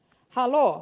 haloo